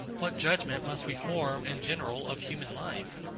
what judgement must we form in general of human life?